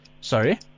Sorry